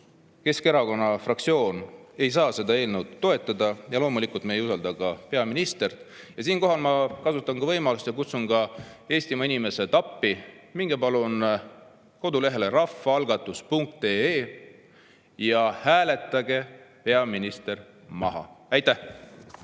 Keskerakonna fraktsioon seda eelnõu toetada ja loomulikult me ei usalda ka peaministrit. Siinkohal ma kasutan võimalust ja kutsun Eestimaa inimesi appi: minge palun kodulehele rahvaalgatus.ee ja hääletage peaminister maha! Aitäh!